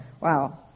Wow